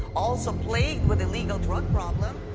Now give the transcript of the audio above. also plagued with illegal drug problems.